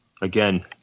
again